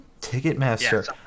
Ticketmaster